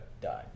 die